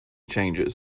changes